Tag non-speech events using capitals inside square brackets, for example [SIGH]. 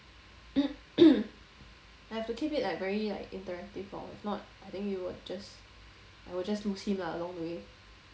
[COUGHS] I have to keep it like very like interactive lor if not I think he'll just I'll just lose him lah along the way